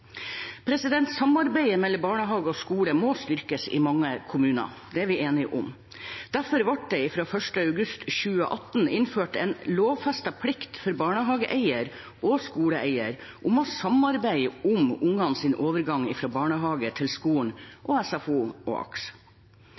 Samarbeidet mellom barnehage og skole må styrkes i mange kommuner. Det er vi enige om. Derfor ble det fra 1. august 2018 innført en lovfestet plikt for barnehageeier og skoleeier til å samarbeide om barnas overgang fra barnehage til